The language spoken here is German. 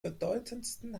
bedeutendsten